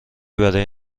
برای